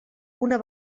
una